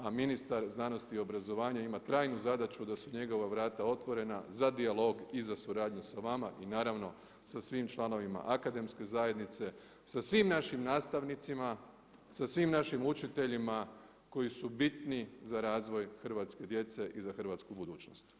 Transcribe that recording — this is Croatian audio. A ministar znanosti i obrazovanja ima trajnu zadaću da su njegova vrata otvorena za dijalog i za suradnju sa vama i naravno sa svim članovima akademske zajednice, sa svim našim nastavnicima, sa svim našim učiteljima koji su bitni za razvoj hrvatske djece i za hrvatsku budućnost.